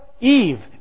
Eve